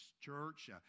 church